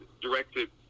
directed